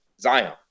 Zion